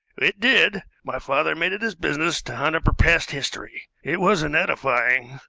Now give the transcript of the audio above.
it did. my father made it his business to hunt up her past history. it wasn't edifying.